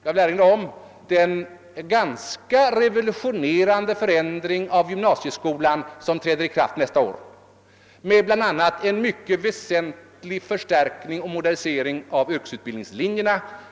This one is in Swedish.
Jag vill erinra om den ganska revolutionerande förändring av gymnasieskolan, som träder i kraft nästa år och som bl.a. innebär en mycket väsentlig förstärkning och modernisering av yrkesutbildningslinjerna.